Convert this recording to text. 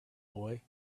boy